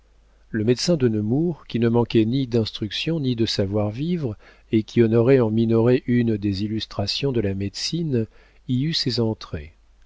le médecin de nemours qui ne manquait ni d'instruction ni de savoir-vivre et qui honorait en minoret une des illustrations de la médecine y eut ses entrées